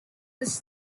this